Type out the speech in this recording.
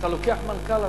אתה לוקח מנכ"ל,